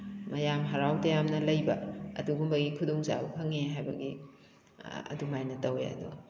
ꯃꯌꯥꯝ ꯍꯔꯥꯎ ꯇꯌꯥꯝꯅ ꯂꯩꯕ ꯑꯗꯨꯒꯨꯝꯕꯒꯤ ꯈꯨꯗꯣꯡꯆꯥꯕ ꯐꯪꯉꯤ ꯍꯥꯏꯕꯒꯤ ꯑꯗꯨꯃꯥꯏꯅ ꯇꯧꯋꯤ ꯑꯗꯣ